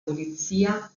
polizia